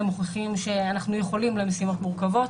מוכיחים שאנחנו יכולים למשימות מורכבות,